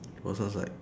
the person's like